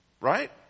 Right